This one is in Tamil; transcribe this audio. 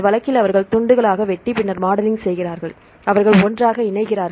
இந்த வழக்கில் அவர்கள் துண்டுகளாக வெட்டி பின்னர் மாடலிங் செய்கிறார்கள் அவர்கள் ஒன்றாக இணைகிறார்கள்